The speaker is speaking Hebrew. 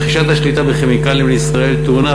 רכישת השליטה ב"כימיקלים לישראל" טעונה,